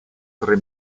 tre